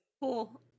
Cool